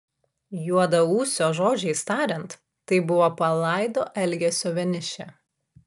juodaūsio žodžiais tariant tai buvo palaido elgesio vienišė